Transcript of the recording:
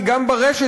כי גם ברשת,